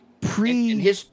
Pre